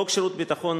14). חוק שירות ביטחון ,